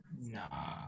Nah